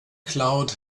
cloud